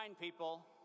people